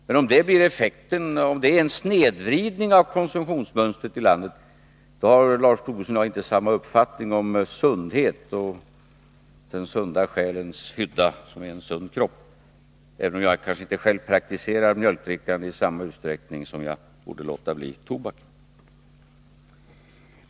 Men om detta är en snedvridning av konsumtionsmönstret i landet har Lars Tobisson och jaginte samma uppfattning om sundhet och om den sunda själens hydda, som är en sund kropp =—- detta sagt även om jag kanske inte själv praktiserar mjölkdrickande i samma utsträckning som jag borde låta bli tobak.